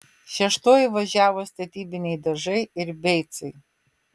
šeštuoju važiavo statybiniai dažai ir beicai